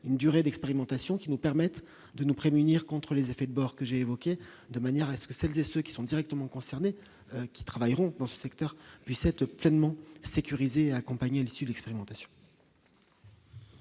une durée d'expérimentation qui nous permettent de nous prémunir contre les effets de bord que j'ai évoqués de manière à ce que celles et ceux qui sont directement concernés, qui travailleront dans ce secteur puisse être pleinement sécurisé accompagner le sud l'expérimentation.